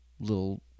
Little